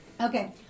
Okay